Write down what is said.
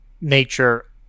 nature